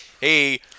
hey